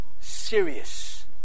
serious